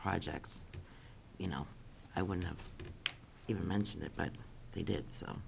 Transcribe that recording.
projects you know i wouldn't even mention it but they did so